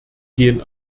gehen